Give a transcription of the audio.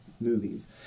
movies